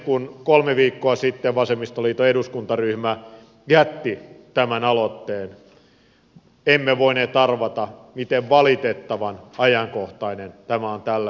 kun kolme viikkoa sitten vasemmistoliiton eduskuntaryhmä jätti tämän aloitteen emme voineet arvata miten valitettavan ajankohtainen tämä on tällä viikolla